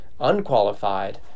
unqualified